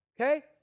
okay